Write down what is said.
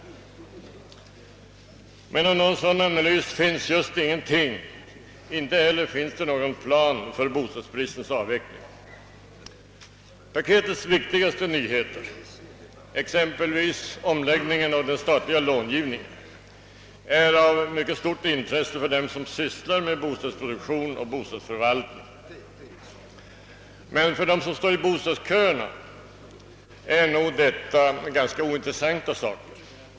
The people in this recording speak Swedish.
Men av en sådan analys finns just ingenting, och inte heller finns någon plan för bostadsbristens avveckling. Paketets viktigaste nyheter, exempelvis omläggningen av den statliga långivningen, är av mycket stort intresse för dem som sysslar med bostadsproduktion och bostadsförvaltning, men för dem som står i bostadsköerna är nog detta ganska ointressanta saker.